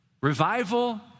revival